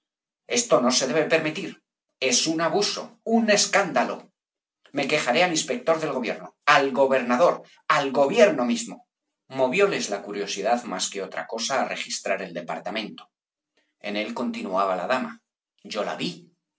esto no se debe permitir es un abuso un escándalo me quejaré al inspector del gobierno al gobernador al gobierno mismo movióles la curiosidad más que otra cosa á registrar el departamento en él continuaba la dama yo la vi